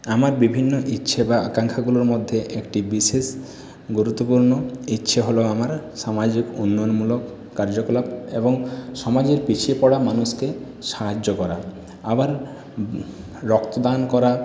আমার বিভিন্ন ইচ্ছে বা আকাঙ্ক্ষাগুলোর মধ্যে একটি বিশেষ গুরুত্বপূর্ণ ইচ্ছে হল আমার সামাজিক উন্নয়নমূলক কার্যকলাপ এবং সমাজের পিছিয়ে পড়া মানুষকে সাহায্য করা আবার রক্তদান করা